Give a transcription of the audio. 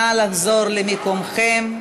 נא לחזור למקומכם.